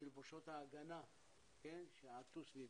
תלבושות ההגנה שעטו סביבם.